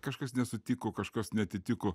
kažkas nesutiko kažkas neatitiko